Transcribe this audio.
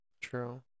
True